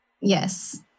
Yes